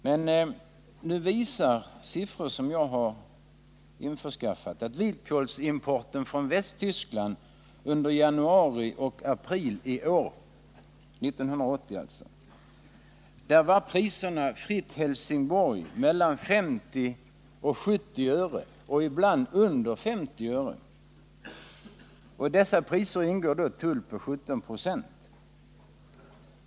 Men nu visar siffror som jag har införskaffat att beträffande vitkålsimporten från Västtyskland under januari och april i år var priserna fritt Helsingborg mellan 50 och 70 öre och ibland under 50 öre, och i dessa priser ingår då tull på 17 96.